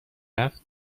رفت